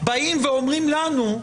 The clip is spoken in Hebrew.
אומרים לנו,